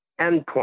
endpoint